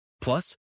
Plus